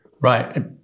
Right